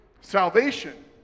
salvation